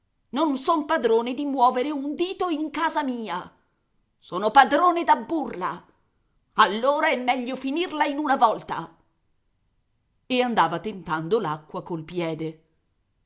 non son padrone di muovere un dito in casa mia sono padrone da burla allora è meglio finirla in una volta e andava tentando l'acqua col piede